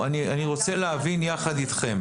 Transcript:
רוצה להבין יחד אתכם.